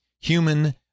human